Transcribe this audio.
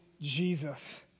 Jesus